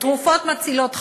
תרופות מצילות חיים,